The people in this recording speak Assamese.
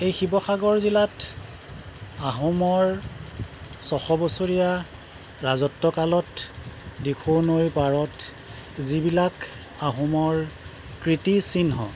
এই শিৱসাগৰ জিলাত আহোমৰ ছশ বছৰীয়া ৰাজত্বকালত দিখৌ নৈৰ পাৰত যিবিলাক আহোমৰ কীৰ্তিচিহ্ন